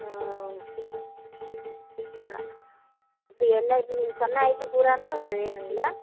இப்போ எல்லா நீங்கள் சொன்ன ஐட்டம் பூராவுமே வேணும்ங்களா